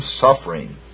suffering